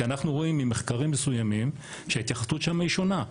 כי אנחנו רואים ממחקרים מסוימים שההתייחסות שמה היא שונה,